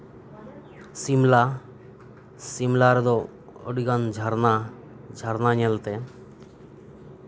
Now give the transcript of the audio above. ᱥᱤᱢᱞᱟ ᱥᱤᱢᱞᱟ ᱨᱮᱫᱚ ᱟᱹᱰᱤᱜᱟᱱ ᱡᱷᱟᱨᱱᱟ ᱡᱷᱟᱨᱱᱟ ᱧᱮᱞᱛᱮ